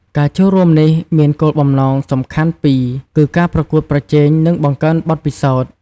ការចូលរួមនេះមានគោលបំណងសំខាន់ពីរគឺ ការប្រកួតប្រជែង និងបង្កើនបទពិសោធន៍។